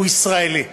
הוא ישראלי.